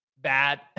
bad